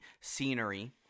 scenery